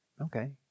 Okay